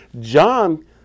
John